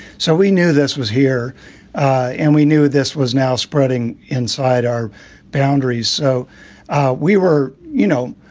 so we knew this was here and we knew this was now spreading inside our boundaries. so we were, you know,